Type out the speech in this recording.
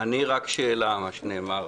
אני רק שאלה מה שנאמר,